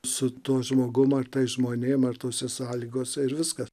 su tuo žmogum ar tais žmonėm ar tose sąlygose ir viskas